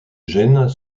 gènes